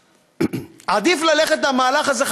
עדיף ללכת למהלך הזה,